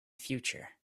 future